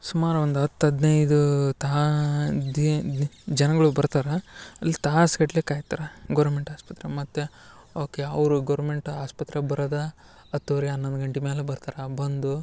ಸುಮಾರು ಒಂದು ಹತ್ತು ಹದಿನೈದು ತಾ ದಿ ಜನಗಳು ಬರ್ತರ ಅಲ್ಲಿ ತಾಸು ಗಟ್ಲೆ ಕಾಯ್ತರ ಗೋರ್ಮೆಂಟ್ ಆಸ್ಪತ್ರೆ ಮತ್ತು ಓಕೆ ಅವರು ಗೋರ್ಮೆಂಟ್ ಆಸ್ಪತ್ರೆಗೆ ಬರೋದ ಹತ್ತುವರೆ ಹನ್ನೊಂದು ಗಂಟೆ ಮ್ಯಾಲ ಬರ್ತರ ಬಂದು